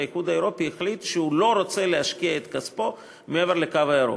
האיחוד האירופי החליט שהוא לא רוצה להשקיע את כספו מעבר לקו הירוק.